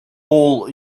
all